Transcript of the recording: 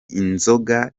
inzoga